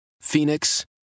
Phoenix